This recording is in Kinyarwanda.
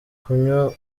kunywa